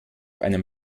einem